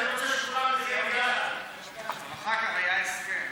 אני רוצה, אחר כך היה הסכם.